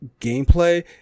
gameplay